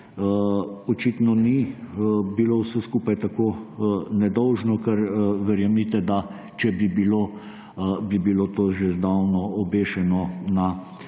očitno ni bilo vse skupaj tako nedolžno, kar verjemite, če bi bilo, bi bilo to že davno obešeno na